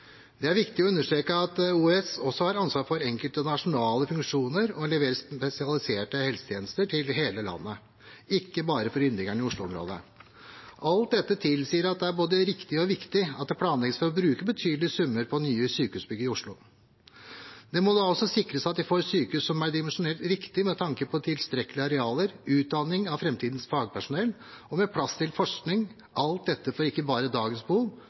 Det er viktig å understreke at OUS også har ansvar for enkelte nasjonale funksjoner og leverer spesialiserte helsetjenester til hele landet, ikke bare for innbyggerne i Oslo-området. Alt dette tilsier at det er både riktig og viktig at det planlegges for å bruke betydelige summer på nye sykehusbygg i Oslo. Det må da også sikres at vi får sykehus som er dimensjonert riktig med tanke på tilstrekkelige arealer, utdanning av framtidens fagpersonell og med plass til forskning – alt dette ikke bare for dagens behov,